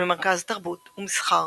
ולמרכז תרבות ומסחר